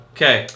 Okay